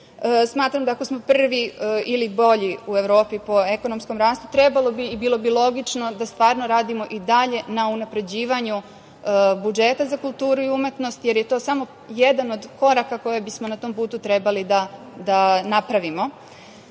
da ako smo prvi ili bolji u Evropi po ekonomskom rastu, trebalo bi i bilo bi logično da stvarno radimo i dalje na unapređivanju budžeta za kulturu i umetnost, jer je to samo jedan od koraka koje bismo na tom putu trebali da napravimo.